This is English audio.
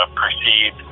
proceed